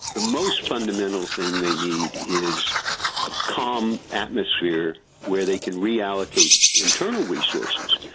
the most fundamental thing they need is a calm atmosphere where they can reallocate internal resources.